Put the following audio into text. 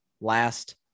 last